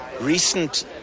recent